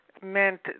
meant